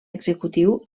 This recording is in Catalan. executiu